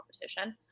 competition